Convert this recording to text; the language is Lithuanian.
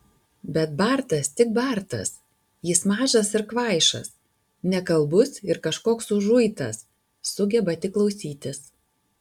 bet bartas tik bartas jis mažas ir kvaišas nekalbus ir kažkoks užuitas sugeba tik klausytis